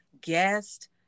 guest